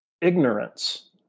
ignorance